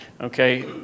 Okay